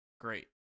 Great